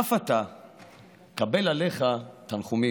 אף אתה קבל עליך תנחומים.